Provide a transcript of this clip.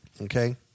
okay